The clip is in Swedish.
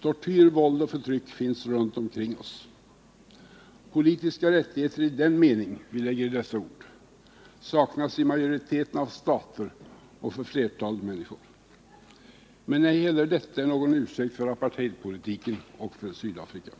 Tortyr, våld och förtryck finns runt omkring oss. Politiska rättigheter i den mening vi lägger i dessa ord saknas i majoriteten av stater och för flertalet av människor. Men ej heller detta är någon ursäkt för apartheidpolitiken och för Sydafrika.